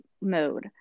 mode